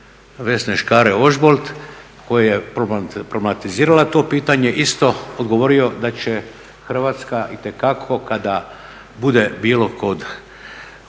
Vesne Škare-Ožbolt koja je problematizirala to pitanje isto odgovorio da će Hrvatska itekako kada bude bilo kod